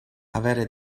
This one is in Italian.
avere